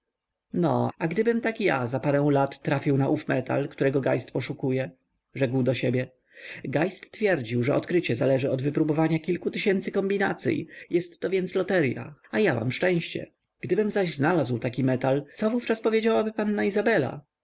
no a gdybym tak ja za parę lat trafił na ów metal którego geist poszukuje rzekł do siebie geist twierdził że odkrycie zależy od wypróbowania kilku tysięcy kombinacyj jestto więc loterya a ja mam szczęście gdybym zaś znalazł taki metal co wówczas powiedziałaby panna izabela